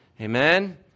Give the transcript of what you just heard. Amen